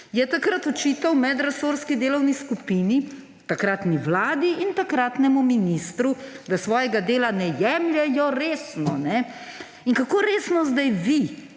je takrat očital medresorski delavni skupini, takratni vladi in takratnemu ministru, da svojega dela ne jemljejo resno. Kako resno zdaj vi,